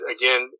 again